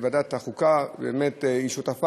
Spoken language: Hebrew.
ועדת החוקה היא שותפה,